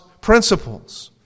principles